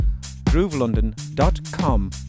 Groovelondon.com